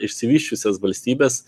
išsivysčiusias valstybes